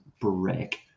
break